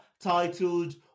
titled